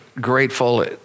grateful